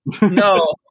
No